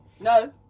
no